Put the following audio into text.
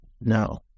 No